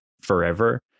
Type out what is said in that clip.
forever